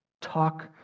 Talk